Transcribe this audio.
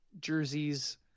jerseys